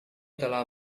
telah